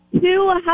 two